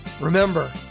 Remember